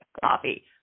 coffee